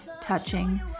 touching